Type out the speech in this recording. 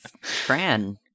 Fran